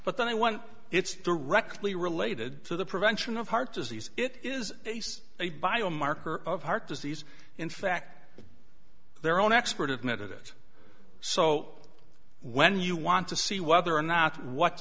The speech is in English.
but then i won it's directly related to the prevention of heart disease it is base a biomarker of heart disease in fact their own expert admitted it so when you want to see whether or not what